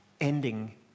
Ending